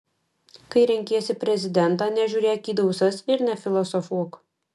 kai renkiesi prezidentą nežiūrėk į dausas ir nefilosofuok